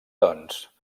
doncs